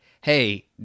hey